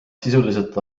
sisuliselt